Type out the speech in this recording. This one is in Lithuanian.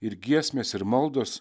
ir giesmės ir maldos